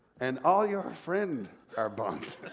and all your friend are bunt.